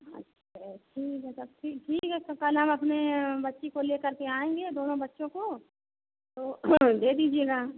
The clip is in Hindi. अच्छा ठीक है तब ठीक है तो कल हम अपने बच्ची को लेकर के आएँगे दोनों बच्चों को तो दे दीजिएगा